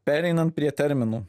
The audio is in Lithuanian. pereinant prie terminų